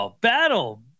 Battle